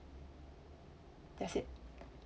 that's it